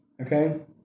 Okay